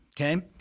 okay